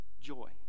Joy